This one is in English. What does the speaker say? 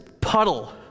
puddle